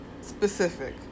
specific